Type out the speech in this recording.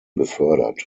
befördert